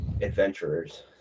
Adventurers